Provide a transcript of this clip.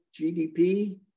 GDP